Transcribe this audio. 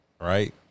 Right